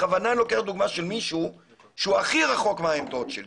בכוונה אני לוקח דוגמה של מישהו שהוא הכי רחוק מהעמדות שלי,